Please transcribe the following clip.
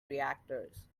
reactors